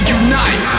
unite